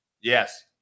yes